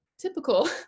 Typical